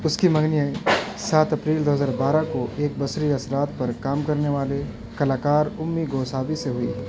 اس کی منگنی سات اپریل دو ہزار بارہ کو ایک بصری اثرات پر کام کرنے والے کلا کار امی گوساوی سے ہوئی